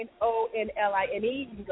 O-N-L-I-N-E